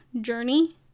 journey